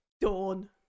dawn